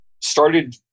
started